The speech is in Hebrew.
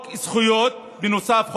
בנוסף,